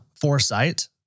foresight